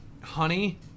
honey